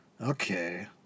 Okay